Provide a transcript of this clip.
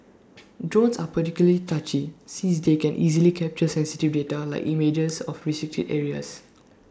drones are particularly touchy since they can easily capture sensitive data like images of restricted areas